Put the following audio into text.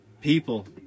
people